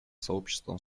сообществом